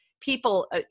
people